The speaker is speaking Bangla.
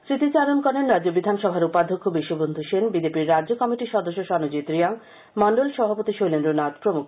স্মতিচারণ করেন রাজ্য বিধানসভার উপাধ্যক্ষ বিশ্ববন্ধু সেন বিজেপির রাজ্য কমিটির সদস্য সনজিৎ রিয়াং মন্ডল সভাপতি শৈলেন্দ্র নাখ প্রমুখ